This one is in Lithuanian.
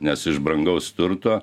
nes iš brangaus turto